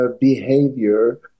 behavior